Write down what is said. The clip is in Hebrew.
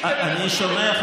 אני שומע,